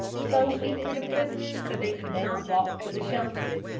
so weak were the prisoners that they could not walk to the shelter.